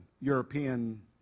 European